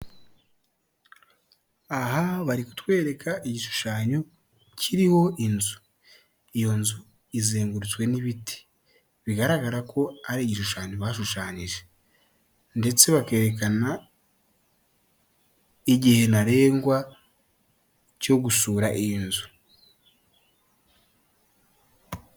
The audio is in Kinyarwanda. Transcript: Aha bari kutwereka igishushanyo kiriho inzu, iyo nzu izengurutswe n'ibiti bigaragara ko ari igishushanyo bashushanyije ndetse bakerekana igihe ntarengwa cyo gusura iyi nzu.